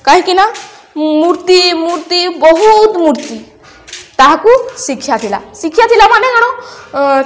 କାହିଁକିନା ମୂର୍ତ୍ତି ମୂର୍ତ୍ତି ବହୁତ ମୂର୍ତ୍ତି ତାକୁୁ ଶିକ୍ଷା ଥିଲା ଶିକ୍ଷା ଥିଲା ମାନେ କ'ଣ